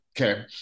okay